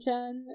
Jen